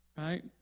Right